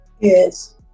yes